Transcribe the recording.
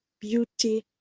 beauty,